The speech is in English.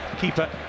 Keeper